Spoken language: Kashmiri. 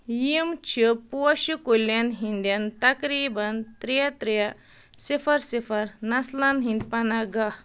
یِم چھِ پوشہٕ کُلٮ۪ن ہِنٛدٮ۪ن تقریباً ترٛےٚ ترٛےٚ صِفر صِفر نَسلَن ہِنٛدۍ پناہ گاہ